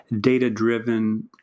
data-driven